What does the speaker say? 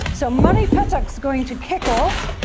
so murray pittock is going to kick off,